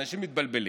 אנשים מתבלבלים.